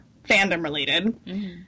fandom-related